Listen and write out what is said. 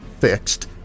fixed